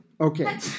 Okay